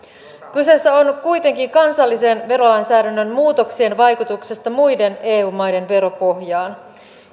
kyse on kuitenkin kansallisen verolainsäädännön muutoksien vaikutuksesta muiden eu maiden veropohjaan